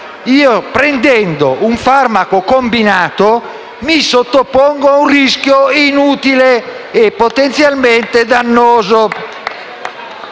prendendo un farmaco combinato mi sottopongo a un rischio inutile e potenzialmente dannoso.